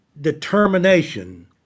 determination